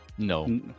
No